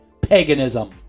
paganism